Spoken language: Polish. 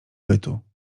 bytu